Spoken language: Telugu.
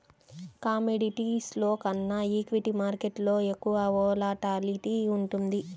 కమోడిటీస్లో కన్నా ఈక్విటీ మార్కెట్టులో ఎక్కువ వోలటాలిటీ ఉంటుంది